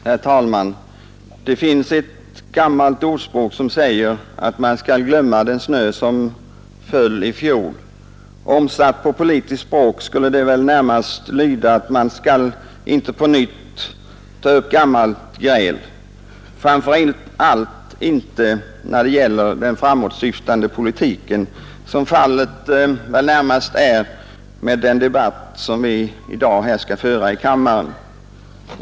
Herr talman! Det finns ett gammalt ordspråk som säger att man skall glömma den snö som föll i fjol. Omsatt till politiskt språk skulle det väl närmast lyda att man inte på nytt skall ta upp gammalt gräl, framför allt inte när det gäller den framåtsyftande politiken, som det väl närmast är fråga om i den debatt som vi i dag skall föra här i kammaren.